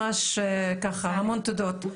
המון תודות.